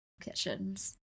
kitchens